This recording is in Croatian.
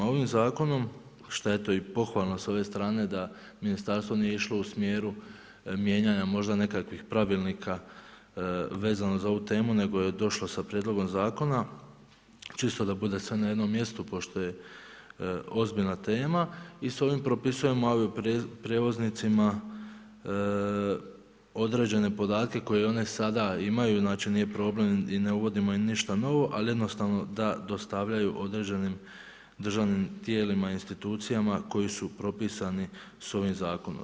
Ovim zakonom šta je eto i pohvalno sa ove strane da ministarstvo nije išlo u smjeru mijenjanja možda nekakvih pravilnika, vezano za ovu temu, nego je došlo sa prijedlogom zakona, čisto da sve bude na jednom mjestu, pošto je ozbiljna tema i s ovim propisujemo avio prijevoznicima određene podatke, koje one sada imaju, znači nije problem i ne uvodimo im ništa novo, ali jednostavno da dostavljaju određenim državnim tijelima i institucijama, koji su propisani ovim zakonom.